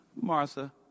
Martha